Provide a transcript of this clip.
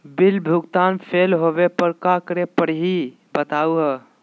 Bill भुगतान fail होवे पर का करै परही, बताहु हो?